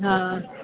हा